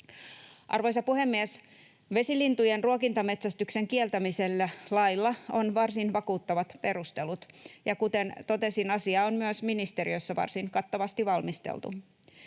Arvoisa puhemies! Vesilintujen ruokintametsästyksen kieltämisellä lailla on varsin vakuuttavat perustelut, ja kuten totesin, asiaa on myös ministeriössä varsin kattavasti valmisteltu.